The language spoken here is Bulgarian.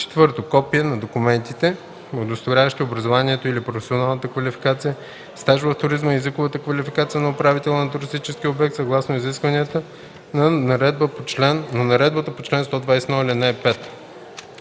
обекта; 4. копия на документите, удостоверяващи образованието или професионалната квалификация, стаж в туризма и езиковата квалификация на управителя на туристическия обект, съгласно изискванията на наредбата по чл. 121,